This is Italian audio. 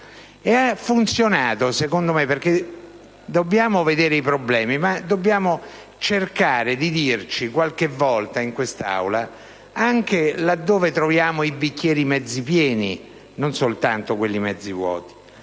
E ha funzionato secondo me - perché dobbiamo vedere i problemi, ma dobbiamo cercare di dirci qualche volta in quest'Aula anche dove troviamo i bicchieri mezzi pieni, e non soltanto quelli mezzi vuoti